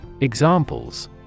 Examples